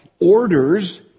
orders